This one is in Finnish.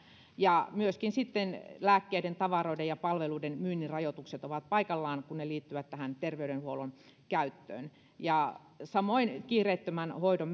myöskin lääkkeiden tavaroiden ja palveluiden myynnin rajoitukset ovat paikallaan kun ne liittyvät tähän terveydenhuollon käyttöön samoin kiireettömän hoidon